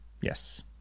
Yes